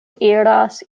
iras